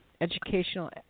educational